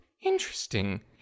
Interesting